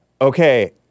Okay